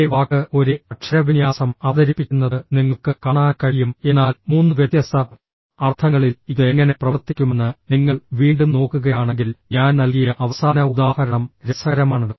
ഒരേ വാക്ക് ഒരേ അക്ഷരവിന്യാസം അവതരിപ്പിക്കുന്നത് നിങ്ങൾക്ക് കാണാൻ കഴിയും എന്നാൽ മൂന്ന് വ്യത്യസ്ത അർത്ഥങ്ങളിൽ ഇത് എങ്ങനെ പ്രവർത്തിക്കുമെന്ന് നിങ്ങൾ വീണ്ടും നോക്കുകയാണെങ്കിൽ ഞാൻ നൽകിയ അവസാന ഉദാഹരണം രസകരമാണ്